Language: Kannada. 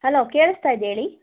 ಹಲೋ ಕೇಳಿಸ್ತಾ ಇದೆ ಹೇಳಿ